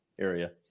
area